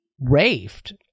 raved